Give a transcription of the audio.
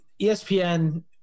ESPN